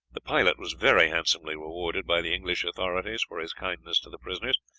the pilot was very handsomely rewarded by the english authorities for his kindness to the prisoners,